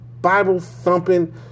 Bible-thumping